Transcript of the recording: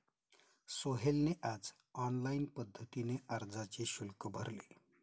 सोहेलने आज ऑनलाईन पद्धतीने अर्जाचे शुल्क भरले